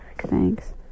Thanks